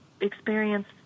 experience